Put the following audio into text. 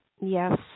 yes